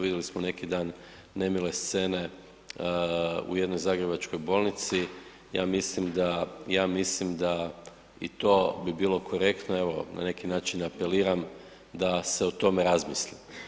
Vidjeli smo neki dan nemile scene u jednoj zagrebačkoj bolnici, ja mislim da, ja mislim da i to bi bilo korektno, evo, na neki način apeliram da se o tome razmisli.